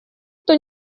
кто